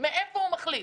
איך הוא מחליט?